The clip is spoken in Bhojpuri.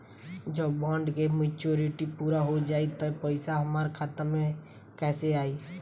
जब बॉन्ड के मेचूरिटि पूरा हो जायी त पईसा हमरा खाता मे कैसे आई?